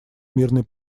мирный